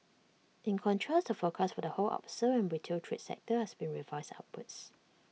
in contrast the forecast for the wholesale and retail trade sector has been revised upwards